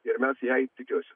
ir mes jai tikiuosi